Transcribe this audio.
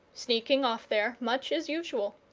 sneaking off there much as usual.